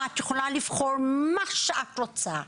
ואת יכולה לבחור מה שאת רוצה.